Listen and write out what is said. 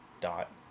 dot